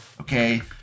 okay